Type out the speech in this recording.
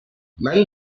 men